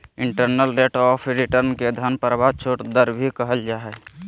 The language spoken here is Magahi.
इन्टरनल रेट ऑफ़ रिटर्न के धन प्रवाह छूट दर भी कहल जा हय